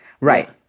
Right